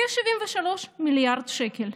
כ-73 מיליארד שקל.